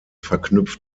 verknüpft